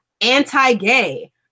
anti-gay